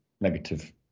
negative